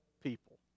people